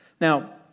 Now